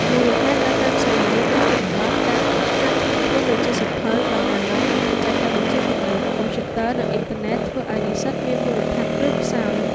មូលហេតុនៅតាមសាលារៀននៅជនបទ ការខ្វះខាតធនធានដូចជាសៀវភៅ បណ្ណាល័យ និងបច្ចេកវិទ្យាទំនើប (កុំព្យូទ័រ និងអ៊ីនធឺណិត) ធ្វើឲ្យនិស្សិតមានមូលដ្ឋានគ្រឹះខ្សោយ។